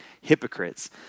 Hypocrites